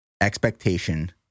expectation